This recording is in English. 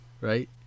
right